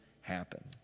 happen